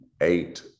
eight